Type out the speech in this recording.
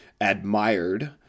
admired